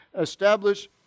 establish